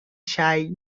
shy